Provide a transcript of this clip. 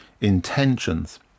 intentions